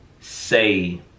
say